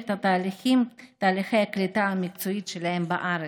את תהליכי הקליטה המקצועית שלהם בארץ.